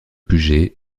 puget